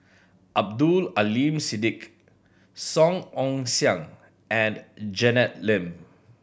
Abdul Aleem Siddique Song Ong Siang and Janet Lim